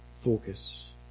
focus